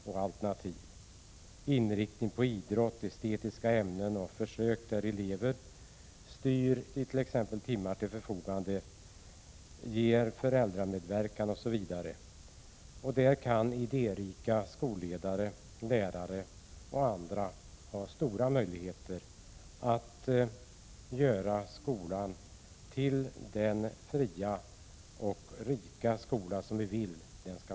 Jag tänker på olika inriktningar på idrotten, estetiska ämnen, försök där elever får styra innehållet i s.k. timmar till förfogande, föräldramedverkan osv. För idérika skolledare, lärare och andra är möjligheterna stora att göra vår skola till den fria och rika skola som vi vill ha.